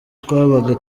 twabaga